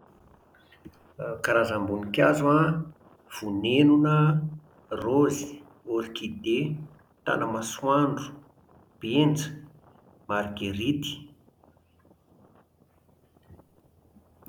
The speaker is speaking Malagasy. Ny karazam-boninkazo an: vonenona, raozy, orkide, tanamasoandro, benja, margeritte